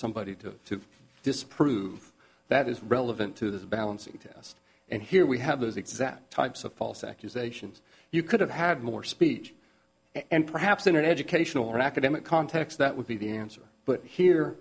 somebody to disprove that is relevant to this balancing test and here we have those exact types of false accusations you could have had more speech and perhaps an educational or academic context that would be the answer but here